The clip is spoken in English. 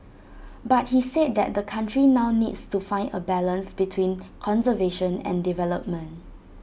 but he said that the country now needs to find A balance between conservation and development